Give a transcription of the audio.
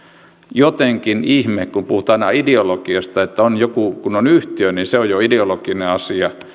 jotenkin ihmeasia että puhutaan aina ideologiasta että kun on joku yhtiö niin se on jo ideologinen asia ja